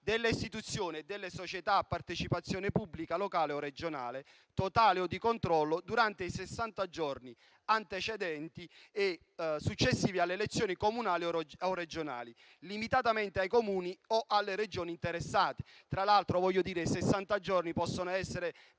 delle istituzioni e delle società a partecipazione pubblica locale o regionale, totale o di controllo, durante i sessanta giorni antecedenti e successivi alle elezioni comunali o regionali, limitatamente ai Comuni o alle Regioni interessati. Tra l'altro, sessanta giorni possono essere